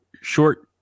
short